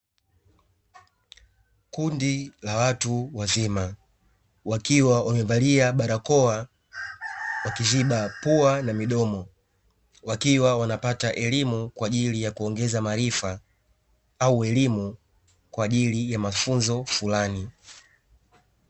Kundi la watu wazima wakiwa wamevalia barakoa wakiziba pua na midomo. Wakiwa wanapata elimu kwa ajili ya kuongeza maarifa au elimu kwa ajili ya mafunzo fulani.